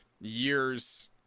years